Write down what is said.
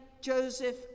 Joseph